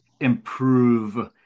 improve